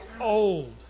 old